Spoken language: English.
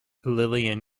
lillian